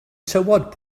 tywod